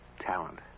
talent